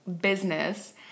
business